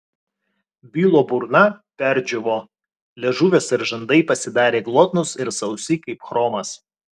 bilo burna perdžiūvo liežuvis ir žandai pasidarė glotnūs ir sausi kaip chromas